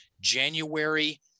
January